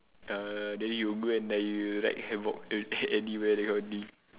uh then you go and like you wreck havoc anywhere that kind of thing